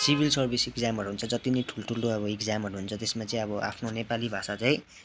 civil service इक्जामहरू हुन्छ जति पनि ठुल्ठुलो अब इक्जामहरू हुन्छ त्यसमा चाहिँ आफ्नो नैपाली भाषा चाहिँ